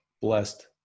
blessed